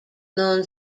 known